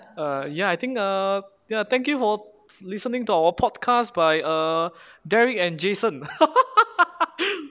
err ya I think err ya thank you for listening to our podcast by err derek and jason